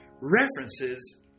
references